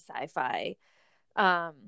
sci-fi